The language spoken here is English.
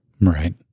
Right